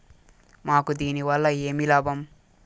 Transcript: మాకు దీనివల్ల ఏమి లాభం